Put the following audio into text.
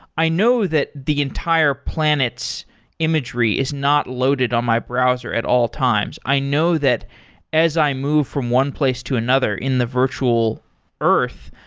i know that the entire planet's imagery is not loaded on my browser at all times. i know that as i move from one place to another in the virtual earth,